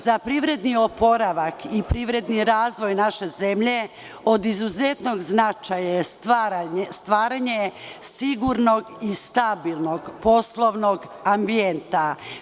Za privredni oporavak i privredni razvoj naše zemlje od izuzetnog značaja je stvaranje sigurnog i stabilnog poslovnog ambijenta.